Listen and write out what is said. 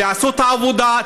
תעשו את העבודה,